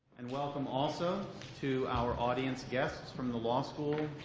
and welcome also to our audience guests from the law school,